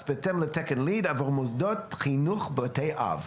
בהתאם לתקן LEED עבור מוסדות חינוך ובתי אב.